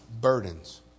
burdens